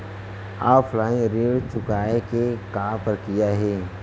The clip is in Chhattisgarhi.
ऑफलाइन ऋण चुकोय के का प्रक्रिया हे?